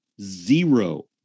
zero